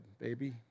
baby